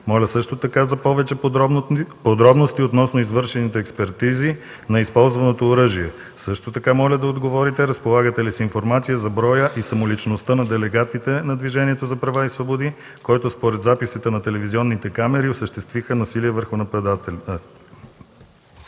Моля също така за повече подробности относно извършените експертизи на използваното оръжие. Също така моля да отговорите разполагате ли с информация за броя и самоличността на делегатите на Движението за права и свободи, които според записите на телевизионните камери осъществиха насилие върху нападателя.